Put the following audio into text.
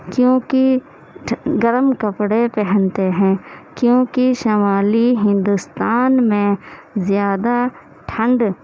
کیونکہ گرم کپڑے پہنتے ہیں کیونکہ شمالی ہندوستان میں زیادہ ٹھنڈ